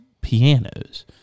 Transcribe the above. Pianos